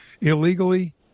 illegally